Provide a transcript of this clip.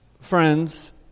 friends